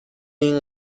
این